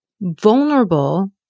vulnerable